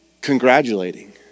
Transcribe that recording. congratulating